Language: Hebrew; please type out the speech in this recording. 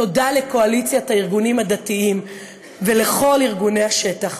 תודה לקואליציית הארגונים הדתיים ולכל ארגוני השטח,